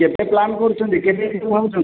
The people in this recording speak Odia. କେବେ ପ୍ଲାନ କରୁଛନ୍ତି କେବେ ଯିବେ ଭାବୁଛନ୍ତି